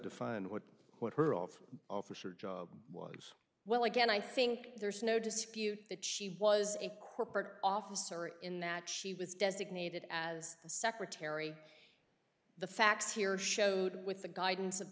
define what what her of officer job was well again i think there's no dispute that she was a corporate officer in that she was designated as the secretary the facts here showed with the guidance of